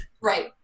Right